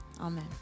Amen